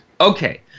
Okay